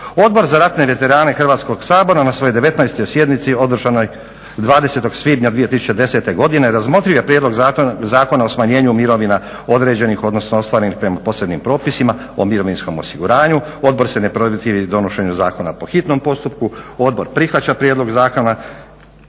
Odbor za ratne veterane Hrvatskog sabora na svojoj 19.sjednici održanoj 20.svibnja 2010.godine razmotrio je prijedlog Zakona o smanjenju mirovina određenih odnosno ostvarenih prema posebnim propisima o mirovinskom osiguranju. Odbor se ne protivi donošenju zakona po hitnom postupku, odbor prihvaća prijedlog zakona.